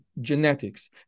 genetics